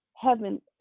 heaven